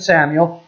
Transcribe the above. Samuel